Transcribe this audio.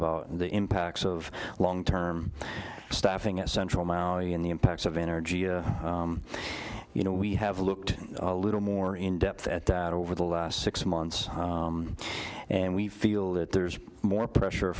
about the impacts of long term staffing at central maui and the impacts of energy you know we have looked a little more in depth at that over the last six months and we feel that there's more pressure